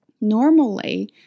normally